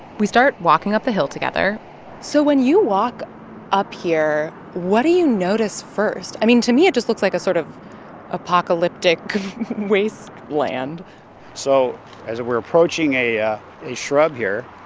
we start walking up the hill together so when you walk up here, what do you notice first? i mean, to me, it just looks like a sort of apocalyptic wasteland so as we're approaching a ah a shrub here,